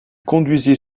conduisit